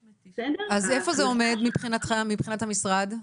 אז איפה זה עומד מבחינתכם, מבחינת המשרד?